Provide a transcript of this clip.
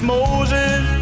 Moses